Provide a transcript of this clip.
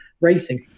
racing